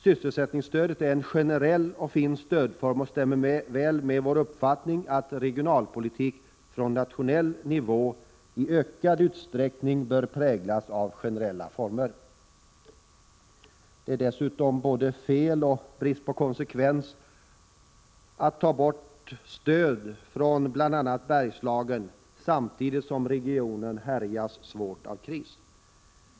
Sysselsättningsstödet är en generell och fin stödform och stämmer väl med vår uppfattning att regionalpolitik som drivs på nationell nivå i ökad utsträckning bör präglas av generella former. Det är dessutom både felaktigt och brist på konsekvens att stöd tas bort från bl.a. Bergslagen samtidigt som regionen härjas svårt av kris.